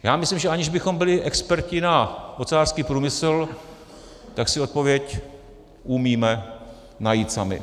Já myslím, že aniž bychom byli experti na ocelářský průmysl, tak si odpověď umíme najít sami.